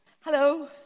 Hello